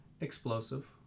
explosive